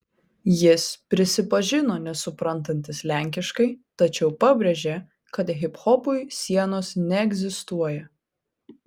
jis prisipažino nesuprantantis lenkiškai tačiau pabrėžė kad hiphopui sienos neegzistuoja